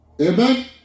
Amen